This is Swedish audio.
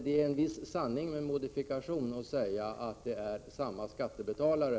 Det är alltså en sanning med viss modifikation att säga att det handlar om samma skattebetalare.